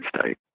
state